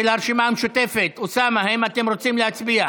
של הרשימה המשותפת, אוסאמה, האם אתם רוצים להצביע?